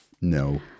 No